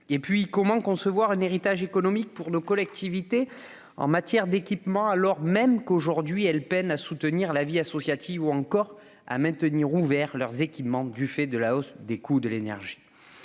Et comment concevoir un héritage économique pour nos collectivités en matière d'équipements alors même qu'elles peinent à soutenir leur vie associative ou à maintenir ouverts leurs équipements existants du fait de la hausse des coûts de l'énergie ?